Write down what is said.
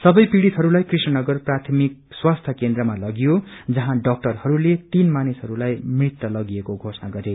सबै पीड़ितहरूलाई कृष्ण नेर प्राथामिक स्वास्थ्य केन्द्रमा लगियो जहाँ डाक्अरहरूले तीन मानिसहरूलाई मृत घोषणा गरे